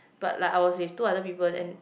but like I was with two other people and